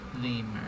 lemur